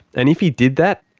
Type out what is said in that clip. and if he did that,